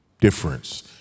difference